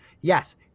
yes